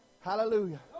Hallelujah